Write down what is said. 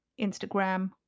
Instagram